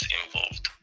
involved